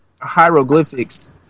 hieroglyphics